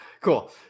cool